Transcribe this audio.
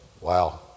wow